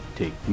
take